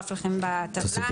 זה בטבלה.